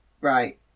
Right